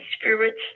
spirits